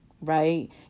right